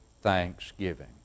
thanksgiving